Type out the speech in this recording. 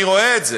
אני רואה את זה.